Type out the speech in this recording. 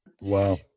Wow